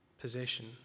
possession